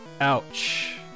Ouch